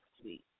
sweet